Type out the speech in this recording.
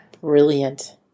brilliant